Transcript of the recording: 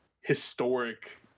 historic